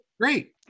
Great